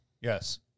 Yes